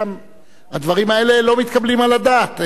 הדברים האלה לא מתקבלים על הדעת.